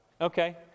Okay